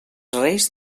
reis